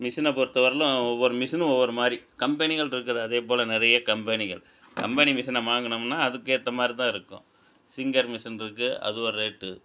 மிஷினை பொறுத்த வரலும் ஒவ்வொரு மிஷினும் ஒவ்வொரு மாதிரி கம்பெனிகள் இருக்குது அதே போல் நிறைய கம்பெனிகள் கம்பெனி மிஷினை வாங்குனோம்னா அதுக்கேற்ற மாதிரி தான் இருக்கும் சிங்கர் மிஷின் இருக்கு அது ஒரு ரேட்டு